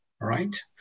right